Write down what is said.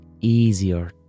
easier